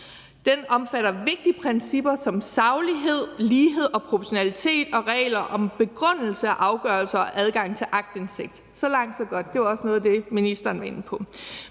Den omfatter vigtige principper som saglighed, lighed og proportionalitet og regler om begrundelse af afgørelser og adgang til aktindsigt. Så langt, så godt. Det var også noget af det, ministeren var inde på.